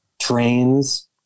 trains